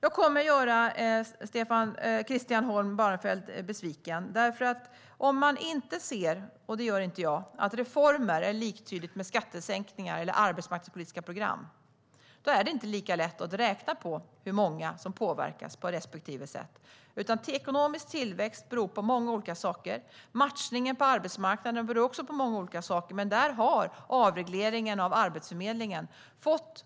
Jag kommer att göra Christian Holm Barenfeld besviken, för om man inte ser - och det gör inte jag - att reformer är liktydigt med skattesänkningar eller arbetsmarknadspolitiska program är det inte lika lätt att räkna på hur många som påverkas på respektive sätt. Ekonomisk tillväxt beror på många olika saker. Matchningen på arbetsmarknaden beror också på många olika saker, men där har avregleringen av Arbetsförmedlingen fått